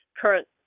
current